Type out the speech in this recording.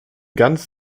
ganz